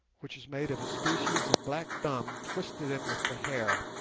which is made of a species of black gum twisted in with the hair,